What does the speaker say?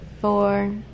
four